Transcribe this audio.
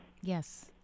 Yes